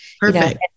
Perfect